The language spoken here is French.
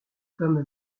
comme